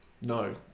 No